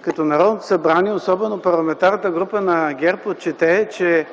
като Народното събрание, особено Парламентарната група на ГЕРБ отчете, че